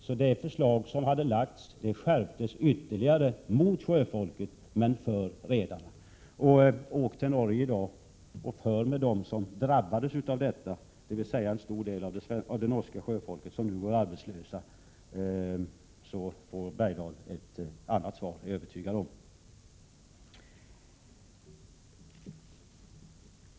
Så det förslag som hade lagts fram skärptes ytterligare mot sjöfolket men till förmån för redarna. Åk till Norge i dag och tala med dem som drabbades av detta, dvs. många av de 75 norska sjömännen som nu går arbetslösa. Då får Hugo Bergdahl ett annat svar, det är jag övertygad om.